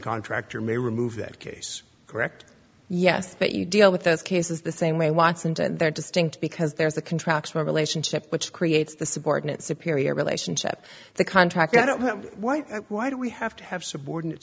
contractor may remove that case correct yes but you deal with those cases the same way watson they're distinct because there's a contractual relationship which creates the subordinate superior relationship the contract i don't have why why do we have to have subordinate